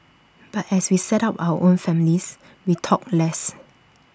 but as we set up our own families we talked less